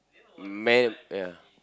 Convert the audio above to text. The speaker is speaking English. man ya